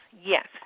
Yes